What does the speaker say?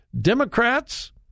Democrats